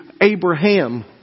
Abraham